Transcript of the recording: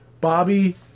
Bobby